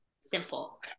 simple